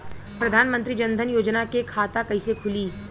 प्रधान मंत्री जनधन योजना के खाता कैसे खुली?